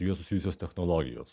su juo susijusios technologijos